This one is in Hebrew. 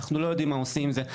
אנחנו לא יודעים מה עושים עם זה.